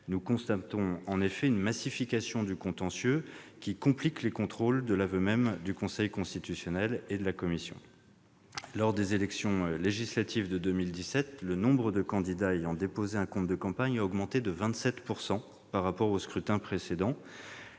Nous constatons effectivement une massification du contentieux, qui complique les contrôles, de l'aveu même du Conseil constitutionnel et de la CNCCFP. Lors des élections législatives de 2017, le nombre de candidats ayant déposé un compte de campagne a augmenté de 27 % par rapport au scrutin précédent.